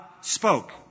spoke